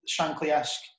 Shankly-esque